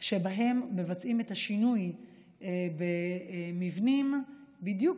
שבהם מבצעים את השינוי במבנים בדיוק